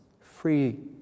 free